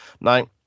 Now